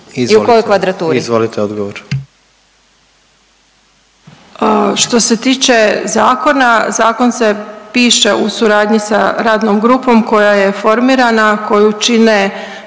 Izvolite odgovor. **Bošnjak, Sanja** Što se tiče zakona, zakon se piše u suradnji sa radnom grupom koja je formirana, koju čine,